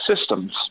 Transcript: systems